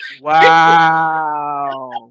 Wow